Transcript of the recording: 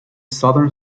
southern